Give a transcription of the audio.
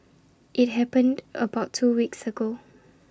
IT happened about two weeks ago